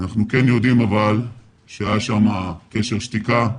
אבל אנחנו כן יודעים שהיה שם קשר שתיקה.